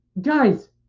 Guys